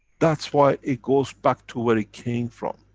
that's why it goes back to where it came from.